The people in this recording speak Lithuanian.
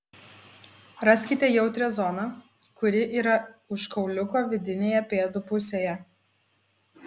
raskite jautrią zoną kuri yra už kauliuko vidinėje pėdų pusėje